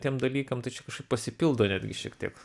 tiem dalykam tai čia kažkaip pasipildo netgi šiek tiek